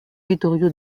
vittorio